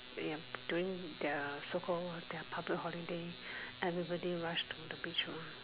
they are doing their so call their public holiday everybody rush to the beach